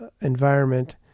environment